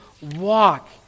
walk